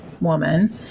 woman